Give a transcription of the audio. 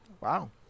Wow